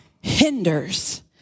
hinders